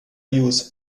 use